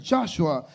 Joshua